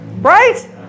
Right